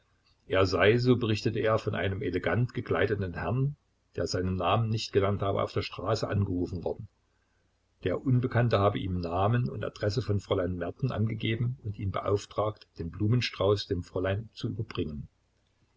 er sei so berichtete er von einem elegant gekleideten herrn der seinen namen nicht genannt habe auf der straße angerufen worden der unbekannte habe ihm namen und adresse von fräulein merten angegeben und ihn beauftragt den blumenstrauß dem fräulein zu überbringen